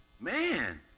Man